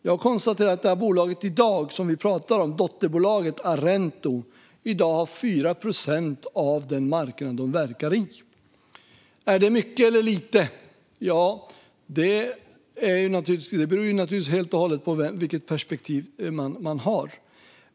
Jag konstaterar att det bolag som vi pratar om nu, dotterbolaget Arento, i dag har 4 procent av den marknad det verkar på. Är det mycket eller lite? Ja, det beror ju helt och hållet på vilket perspektiv man har.